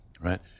right